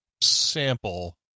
sample